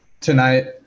tonight